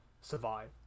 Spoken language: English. survive